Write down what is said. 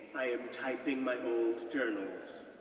i am typing my old journals,